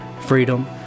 freedom